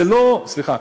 זה לא, סליחה.